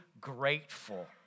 grateful